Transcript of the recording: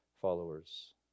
followers